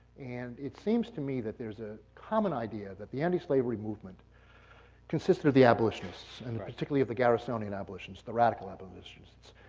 and it seems to me that there's a common idea that the antislavery movement consisted of the abolitionists, and particularly of the garrisonian abolitionists, the radical abolitionists.